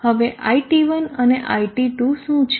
હવે iT1 અને iT2 શું છે